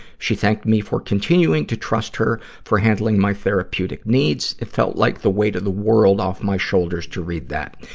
she thanked me for continuing to trust her for handling my therapeutic needs. it felt like the weight of the world off my shoulders to read that.